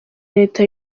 reta